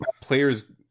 players